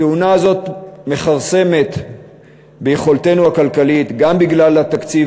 התאונה הזאת מכרסמת ביכולתנו הכלכלית גם בגלל התקציב